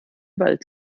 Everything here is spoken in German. wald